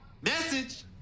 Message